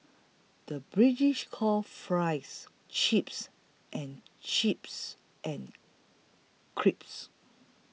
the British calls Fries Chips and chips and crisps